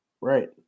Right